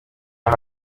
aha